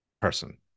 person